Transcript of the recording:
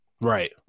Right